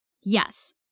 Yes